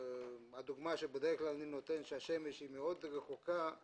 הדוגמה שאני מציג בדרך כלל, שהשמש רחוקה מאוד